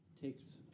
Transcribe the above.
takes